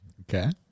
Okay